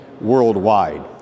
worldwide